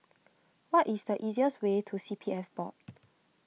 what is the easiest way to C P F Board